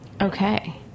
Okay